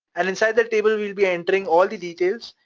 and inside that table, we'll be entering all the details,